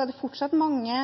er det fortsatt mange